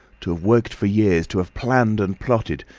to have worked for years, to have planned and plotted,